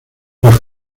los